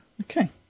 Okay